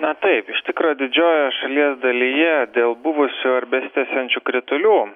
na taip iš tikro didžiojoje šalies dalyje dėl buvusių ar besitęsiančių kritulių